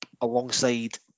alongside